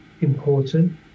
important